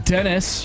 Dennis